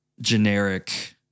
generic